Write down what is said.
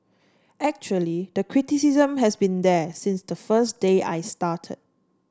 actually the criticism has been there since the first day I started